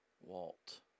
Walt